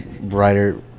Brighter